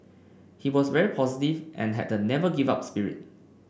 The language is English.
he was very positive and had the never give up spirit